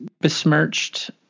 besmirched